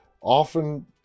often